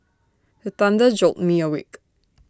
the thunder jolt me awake